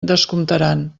descomptaran